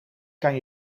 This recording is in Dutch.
kan